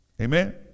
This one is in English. Amen